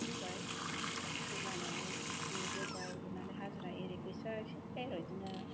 होबाय गोसो जानानै लुहोबाय लुनानै हाजिरा एरि फैसा एसे बहेराव बिदिनो